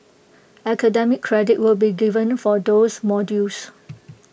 academic credit will be given for these modules